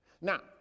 Now